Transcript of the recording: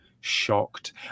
shocked